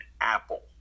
apple